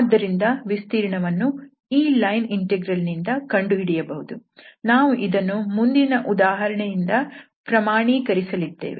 ಆದ್ದರಿಂದ ವಿಸ್ತೀರ್ಣವನ್ನು ಈ ಲೈನ್ ಇಂಟೆಗ್ರಲ್ ನಿಂದ ಕಂಡುಹಿಡಿಯಬಹುದು ನಾವು ಇದನ್ನು ಮುಂದಿನ ಉದಾಹರಣೆಯಿಂದ ಪ್ರಮಾಣೀಕರಿಸಲಿದ್ದೇವೆ